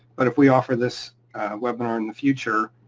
but if we offer this webinar in the future,